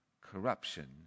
corruption